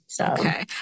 Okay